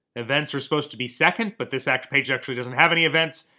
events are supposed to be second, but this actual page actually doesn't have any events.